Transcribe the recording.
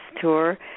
tour